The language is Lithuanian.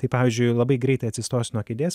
tai pavyzdžiui labai greitai atsistojus nuo kėdės